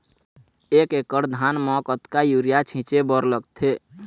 एक एकड़ धान म कतका यूरिया छींचे बर लगथे?